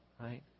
right